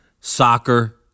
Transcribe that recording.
soccer